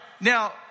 now